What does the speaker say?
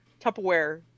Tupperware